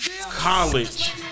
College